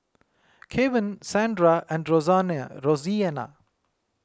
Kevan Sandra and Roseanna